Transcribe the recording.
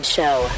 Show